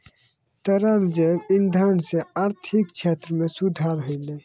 तरल जैव इंधन सँ आर्थिक क्षेत्र में सुधार होलै